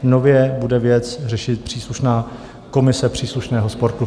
Nově bude věc řešit příslušná komise příslušného sportu.